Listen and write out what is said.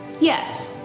Yes